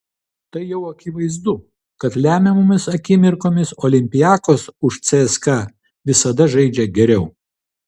tai jau akivaizdu kad lemiamomis akimirkomis olympiakos už cska visada žaidžia geriau